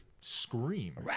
scream